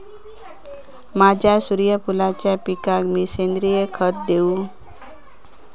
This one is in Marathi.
माझ्या सूर्यफुलाच्या पिकाक मी सेंद्रिय खत देवू?